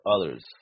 others